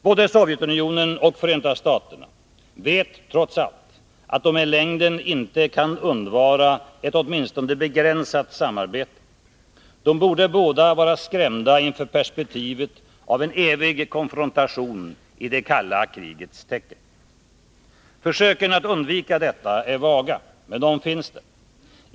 Både Sovjetunionen och Förenta staterna vet trots allt att de i längden inte kan undvara ett åtminstone begränsat samarbete. De borde båda vara skrämda inför perspektivet av en evig konfrontation i det kalla krigets tecken. Försöken att undvika detta är vaga, men de finns där.